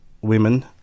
women